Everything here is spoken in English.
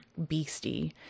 beasty